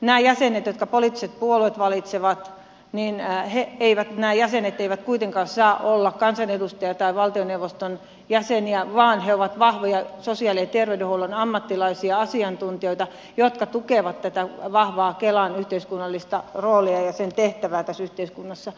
nämä jäsenet jotka poliittiset puolueet valitsevat niin näin he eivät enää jäsenet eivät kuitenkaan saa olla kansanedustajia tai valtioneuvoston jäseniä vaan he ovat vahvoja sosiaali ja terveydenhuollon ammattilaisia asiantuntijoita jotka tukevat tätä vahvaa kelan yhteiskunnallista roolia ja sen tehtävää tässä yhteiskunnassa